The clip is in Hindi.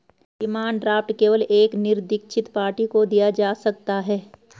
डिमांड ड्राफ्ट केवल एक निरदीक्षित पार्टी को दिया जा सकता है